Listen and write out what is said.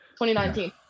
2019